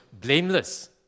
blameless